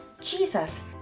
Jesus